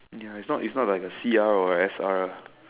ya is not is not like A_C_R or S_R